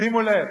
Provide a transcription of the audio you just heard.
שימו לב,